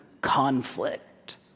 conflict